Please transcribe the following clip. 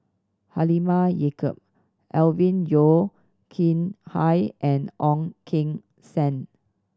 Halimah Yacob Alvin Yeo Khirn Hai and Ong Keng Sen